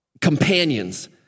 companions